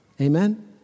Amen